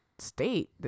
state